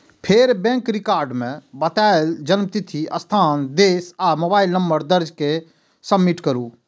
फेर bank record मे बतायल जन्मतिथि, स्थान, देश आ मोबाइल नंबर दर्ज कैर के सबमिट करू